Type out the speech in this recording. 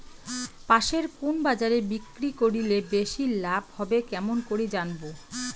পাশের কুন বাজারে বিক্রি করিলে বেশি লাভ হবে কেমন করি জানবো?